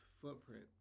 footprint